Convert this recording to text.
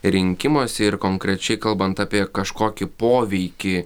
rinkimosi ir konkrečiai kalbant apie kažkokį poveikį